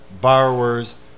borrowers